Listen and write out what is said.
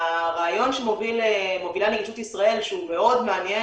הרעיון שמובילה נגישות ישראל שהוא מאוד מעניין